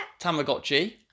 Tamagotchi